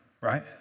right